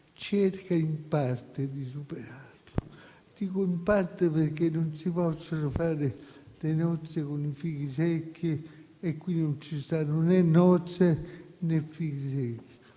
superare in parte tale incubo. Dico in parte, perché non si possono fare le nozze con i fichi secchi (e qui non ci sono né nozze, né fichi secchi).